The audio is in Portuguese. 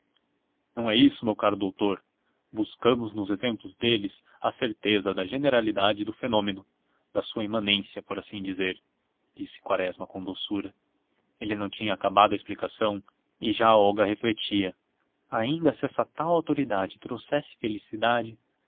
não é isso meu caro doutor buscamos nos exemplos deles a certeza da generalidade do fenômeno da sua imanência por assim dizer disse quaresma com doçura ele não tinha acabado a explicação e já olga refletia ainda se essa tal autoridade trouxesse felicidade